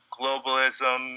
globalism